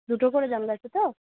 দুটো করে জানলা আছে তো